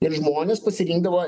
ir žmonės pasirinkdavo